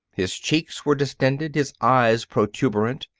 his cheeks were distended, his eyes protuberant.